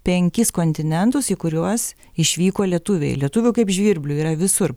penkis kontinentus į kuriuos išvyko lietuviai lietuvių kaip žvirblių yra visur